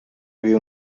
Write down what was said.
havia